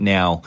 Now